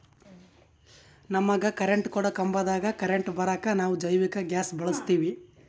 ನಮಗ ಕರೆಂಟ್ ಕೊಡೊ ಕಂಬದಾಗ್ ಕರೆಂಟ್ ಬರಾಕ್ ನಾವ್ ಜೈವಿಕ್ ಗ್ಯಾಸ್ ಬಳಸ್ತೀವಿ